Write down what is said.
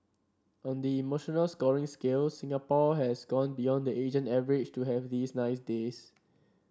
on the emotional scoring scale Singapore has gone beyond the Asian average to have these nice days